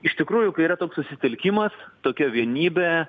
iš tikrųjų kai yra toks susitelkimas tokia vienybė